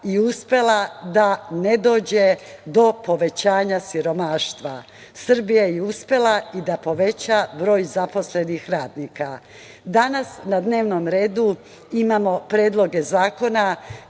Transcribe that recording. i uspela da ne dođe do povećanja siromaštva. Srbija je uspela i da poveća broj zaposlenih radnika. Danas na dnevnom redu imamo predloge zakona